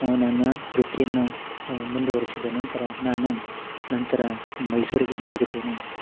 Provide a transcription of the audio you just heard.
ನನ್ನ ವೃತ್ತಿಯನ್ನು ಮುಂದುವರಿಸಿದ ನಂತರ ನಾನು ನಂತರ ಮೈಸೂರಿಗೆ ಹಿಂದಿರುಗುತ್ತೇನೆ